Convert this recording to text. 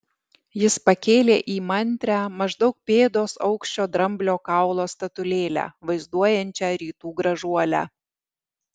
jis pakėlė įmantrią maždaug pėdos aukščio dramblio kaulo statulėlę vaizduojančią rytų gražuolę